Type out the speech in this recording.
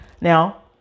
Now